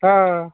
हां